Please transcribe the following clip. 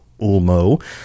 Ulmo